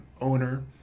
owner